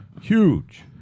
Huge